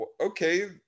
okay